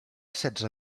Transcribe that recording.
setze